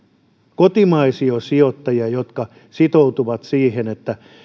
kotimaisia sijoittajia jotka sitoutuvat siihen että